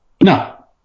No